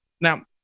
Now